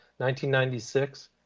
1996